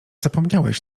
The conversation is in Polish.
zapomniałeś